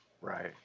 right